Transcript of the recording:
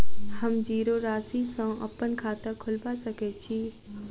हम जीरो राशि सँ अप्पन खाता खोलबा सकै छी?